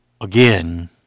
again